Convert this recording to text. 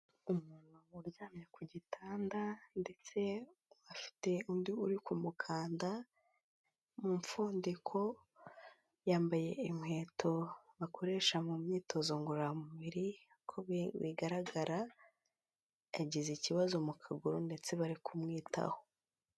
Umuntu uryamye ku gitanda ndetse afite undi uri kumukanda mu mfundiko, yambaye inkweto bakoresha mu myitozo ngororamubiri. Uko bigaragara yagize ikibazo mu kaguru ndetse bari kumwitaho.